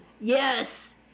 Yes